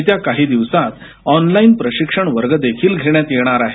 येत्या काही दिवसात ऑनलाईन प्रशिक्षण वर्ग देखिल धेण्यात येणार आहे